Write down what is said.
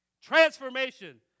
Transformation